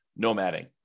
nomading